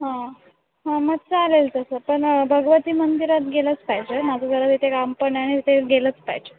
हां हां मग चालेल तसं पण भगवती मंदिरात गेलंच पाहिजे माझं जरा तिथे काम पण आहे आणि तिथे गेलंच पाहिजे